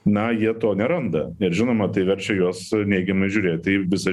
na jie to neranda ir žinoma tai verčia juos neigiamai žiūrėti į visą